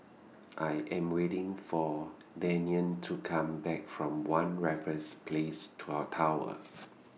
I Am waiting For Deion to Come Back from one Raffles Place Tour Tower